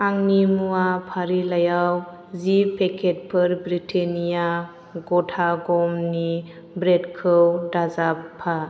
आंनि मुवा फारिलाइयाव जि पेकेटफोर ब्रिटेनिया गथा गमनि ब्रेदखौ दाजाबफा